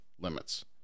limits